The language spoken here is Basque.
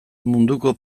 munduko